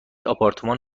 آپارتمان